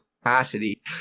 capacity